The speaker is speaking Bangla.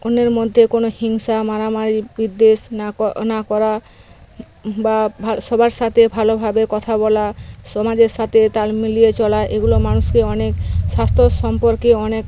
অন্যের মধ্যে কোনো হিংসা মারামারি বিদ্বেষ না কর না করা বা ভালো সবার সাথে ভালোভাবে কথা বলা সমাজের সাথে তাল মিলিয়ে চলা এগুলো মানুষকে অনেক স্বাস্থ্য সম্পর্কে অনেক